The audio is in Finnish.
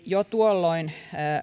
jo tuolloin